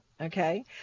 okay